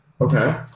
Okay